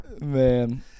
Man